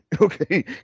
okay